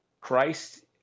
Christ